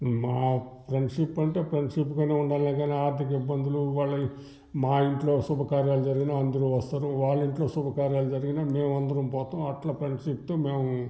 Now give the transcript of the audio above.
మా ఫ్రెండ్షిప్ అంటే ఫ్రెండ్షిప్గానే ఉండాలే కానీ ఆర్థిక ఇబ్బందులు వాళ్ళవి మా ఇంట్లో శుభకార్యాలు జరిగినా అందరూ వస్తారు వాళ్ళింట్లో శుభకార్యాలు జరిగినా మేమందరం పోతాం అట్లా ఫ్రెండ్షిప్తో మేము